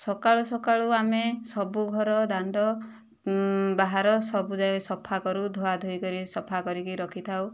ସକାଳୁ ସକାଳୁ ଆମେ ସବୁ ଘର ଦାଣ୍ଡ ବାହାର ସବୁ ଯାକ ସଫା କରୁ ଧୁଆ ଧୋଇ କରିକି ସଫା କରିକି ରଖିଥାଉ